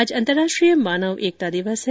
आज अंतर्राष्ट्रीय मानव एकता दिवस है